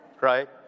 right